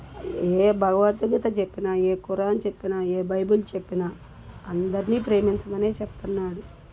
ఏ భాగవధ్గీత చెప్పినా ఏ ఖురాన్ చెప్పినా ఏ బైబిల్ చెప్పినా అందరినీ ప్రేమించమనే చెప్తున్నాడు